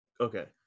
Okay